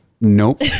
Nope